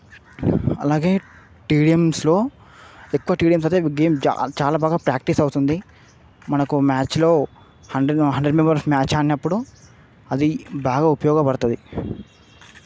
అలాగే టీడీఎమ్స్ లో ఎక్కువ టీడీఎమ్స్ అయితే గేమ్ చా చాలా బాగా ప్రాక్టీస్ అవుతుంది మనకు మ్యాచ్లో హండ్రడ్ మేము హండ్రడ్ మెంబెర్స్ మ్యాచ్ ఆడినప్పుడు అది బాగా ఉపయోగపడతుంది